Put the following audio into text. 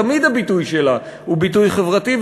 תמיד הביטוי שלה הוא ביטוי חברתי,